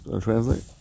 translate